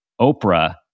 Oprah